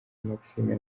maxime